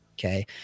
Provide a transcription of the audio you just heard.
Okay